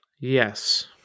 Yes